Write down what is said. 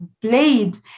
played